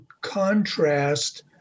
contrast